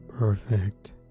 Perfect